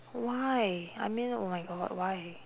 why I mean oh my god why